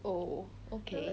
oh okay